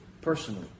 personally